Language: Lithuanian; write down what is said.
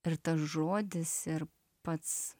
ir tas žodis ir pats